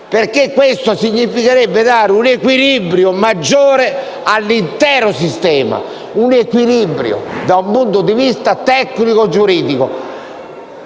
perché questo significherebbe dare un equilibrio maggiore all'intero sistema dal punto di vista tecnico-giuridico.